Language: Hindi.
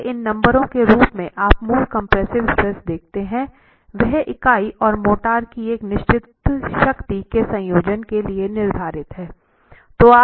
इसलिए इन नंबरों के रूप में आप मूल कम्प्रेसिव स्ट्रेस देखते हैं वह इकाई और मोर्टार की एक निश्चित शक्ति के संयोजन के लिए निर्धारित है